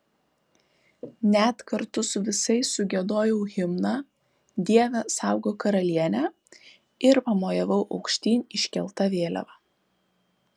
net kartu su visais sugiedojau himną dieve saugok karalienę ir pamojavau aukštyn iškelta vėliava